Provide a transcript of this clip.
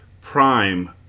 prime